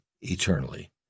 eternally